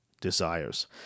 desires